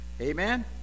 amen